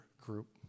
group